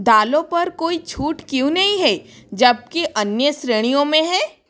दालों पर कोई छूट क्यों नहीं है जब कि अन्य श्रेणियों में है